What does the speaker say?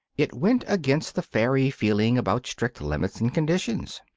it went against the fairy feeling about strict limits and conditions.